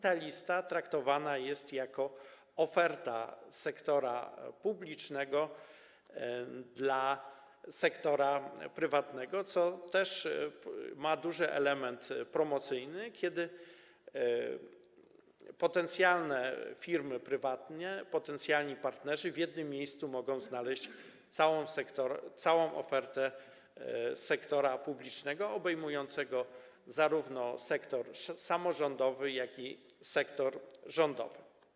Ta lista traktowana jest jako oferta sektora publicznego dla sektora prywatnego, co też stanowi duży element promocyjny, kiedy potencjalne firmy prywatne, potencjalni partnerzy w jednym miejscu mogą znaleźć całą ofertę sektora publicznego, obejmującą zarówno sektor samorządowy, jak i sektor rządowy.